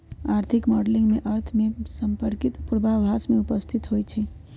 आर्थिक मॉडलिंग में अर्थ से संपर्कित पूर्वाभास उपस्थित होइ छइ